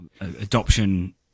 adoption